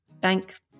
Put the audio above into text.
bank